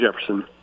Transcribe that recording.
Jefferson